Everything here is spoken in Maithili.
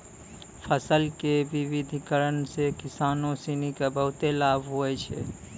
फसल के विविधिकरण सॅ किसानों सिनि क बहुत लाभ होलो छै